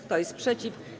Kto jest przeciw?